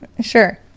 Sure